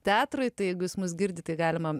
teatrui tai jeigu jis girdi tai galima